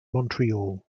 montreal